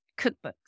cookbooks